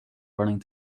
running